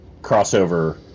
crossover